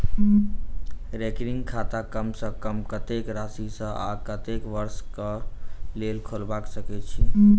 recurring खाता कम सँ कम कत्तेक राशि सऽ आ कत्तेक वर्ष कऽ लेल खोलबा सकय छी